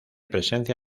presencia